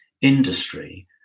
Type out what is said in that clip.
industry